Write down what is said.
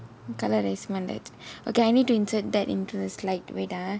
colour rice வந்தா:vanthaa okay I need to insert that into the slide wait ah